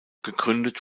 gegründet